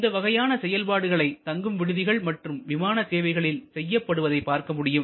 இந்த வகையான செயல்பாடுகளை தங்கும் விடுதிகள் மற்றும் விமான சேவைகளில் செய்யப்படுவதை பார்க்க முடியும்